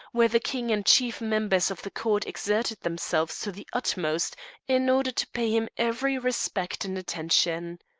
where the king and chief members of the court exerted themselves to the utmost in order to pay him every respect and attention.